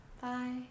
Bye